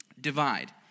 Divide